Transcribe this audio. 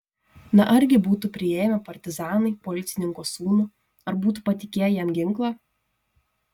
na argi būtų priėmę partizanai policininko sūnų ar būtų patikėję jam ginklą